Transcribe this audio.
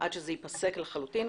עד שזה ייפסק לחלוטין,